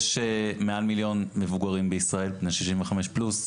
יש מעל מיליון מבוגרים בישראל בני 65 פלוס,